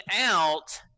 out